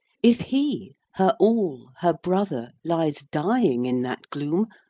if he her all her brother, lies dying in that gloom,